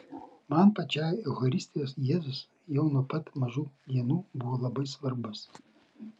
man pačiai eucharistijos jėzus jau nuo pat mažų dienų buvo labai svarbus